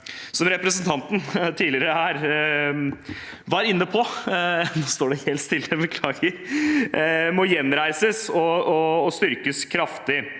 som representanten tidligere her var inne på, gjenreises og styrkes kraftig.